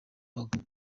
mbago